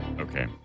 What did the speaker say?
Okay